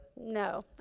no